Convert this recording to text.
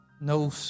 No